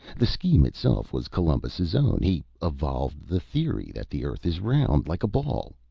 the scheme itself was columbus's own. he evolved the theory that the earth is round like a ball.